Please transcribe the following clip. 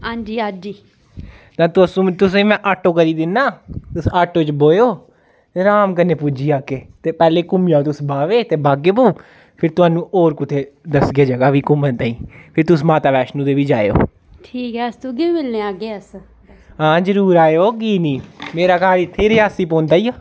हां जी अज्ज गी ते तुस तुसें गी में आटो करी दिन्नां तुस आटो च बौह्एओ ते अराम कन्नै पुज्जी जाह्गे ते पैह्ले घूमी आओ तुस बावे ते बाग ए बहु फिर तुआनु होर कुतै दस्सगे जगह् बी घूमन ताईं फिर तुस माता बैश्नो देवी जाएओ ठीक ऐ अस तुगी बी मिलने गी आह्गे अस हां जरूर आएओ की नी मेरा घर इत्थें रियासी पौंदा ई आं